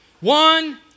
One